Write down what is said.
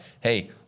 Hey